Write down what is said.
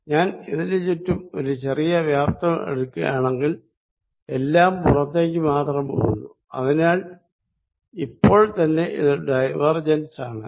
ഞാൻ ഇതിനു ചുറ്റും ഒരു ചെറിയ വ്യാപ്തം എടുക്കുകയാണെങ്കിൽ എല്ലാം പുറത്തേക്ക് മാത്രം പോകുന്നു അതിനാൽ ഇത് ഇപ്പോൾത്തന്നെ ഡൈവേർജെൻസ് ആണ്